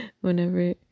Whenever